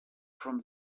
from